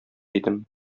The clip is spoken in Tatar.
идем